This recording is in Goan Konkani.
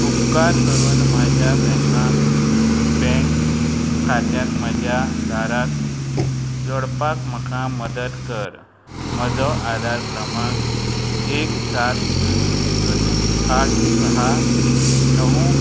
उपकार करून म्हाज्या बँकांत बँक खात्यांत म्हज्या दाराक जोडपाक म्हाका मदत कर म्हजो आदार क्रमांक एक सात शुन्य शुन्य आठ साहा णव